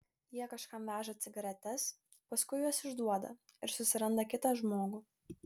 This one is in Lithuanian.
jie kažkam veža cigaretes paskui juos išduoda ir susiranda kitą žmogų